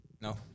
No